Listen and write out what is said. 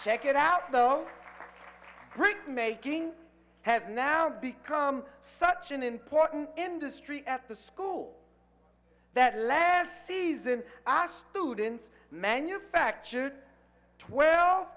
check it out though brickmaking has now become such an important industry at the school that less season our students manufactured twelve